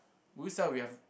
would you sell if you've